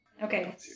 Okay